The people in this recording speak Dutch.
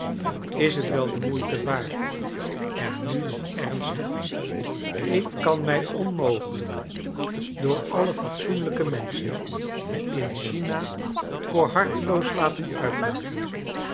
is t wel de moeite waard er nu nog ernstig ik kan mij onmogelijk door alle fatsoenlijke menschen in china voor harteloos laten uitmaken